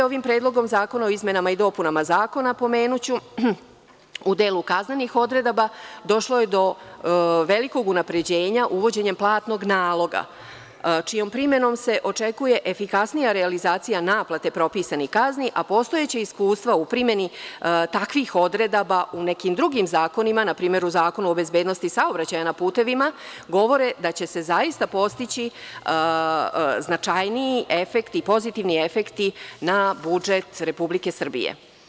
Ovim Predlogom zakona o izmenama i dopunama Zakona, pomenuću, u delu kaznenih odredaba došlo je do velikog unapređenja uvođenjem platnog naloga, čijom primenom se očekuje efikasnija realizacija naplate propisanih kazni, a postojeća iskustva u primeni takvih odredaba u nekim drugim zakonima, na primer u Zakonu o bezbednosti saobraćaja na putevima, govore da će se zaista postići značajniji pozitivni efekti na budžet Republike Srbije.